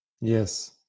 Yes